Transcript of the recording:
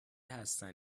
هستن